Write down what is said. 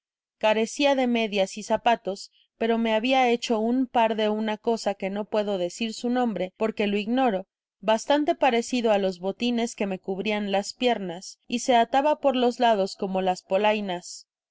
carecia de medias y zapatos pero me habia hecho un pac de una cosa que no puedo decir su nombre porque loignoro bastante parecido á los botines que me cubrian las piernas y se ataba por los lados como las polainas